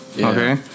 Okay